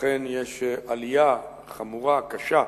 אכן יש עלייה חמורה, קשה,